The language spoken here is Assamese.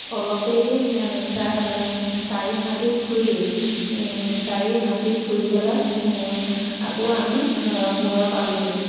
অলপ দেৰি চাৰি হাতী ফুৰি চাৰি হাতী ফুৰি পেলাই আকৌ আমি ঘৰ পালোহি